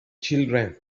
children